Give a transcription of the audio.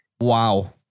Wow